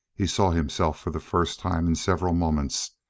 he saw himself for the first time in several moments,